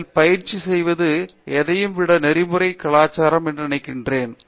அதில் பயிற்சி செய்வது எதையும் விட நெறிமுறை கலாச்சாரம் என்று நினைக்கிறேன்